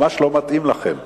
ממש לא מתאים לכם.